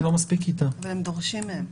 הם דורשים מהם.